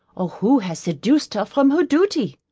or who has seduced her from her duty.